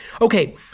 Okay